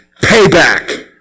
Payback